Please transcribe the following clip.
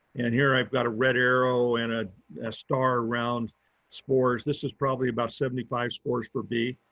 and here i've got a red arrow and ah a star around spores. this is probably about seventy five spores per bee.